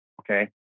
okay